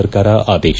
ಸರ್ಕಾರ ಆದೇಶ